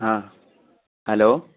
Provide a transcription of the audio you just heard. ہاں ہلو